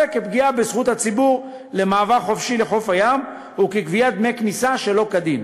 כפגיעה בזכות הציבור למעבר חופשי לחוף הים וכגביית דמי כניסה שלא כדין.